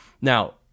Now